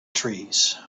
trees